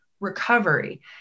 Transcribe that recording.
recovery